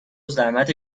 زحمت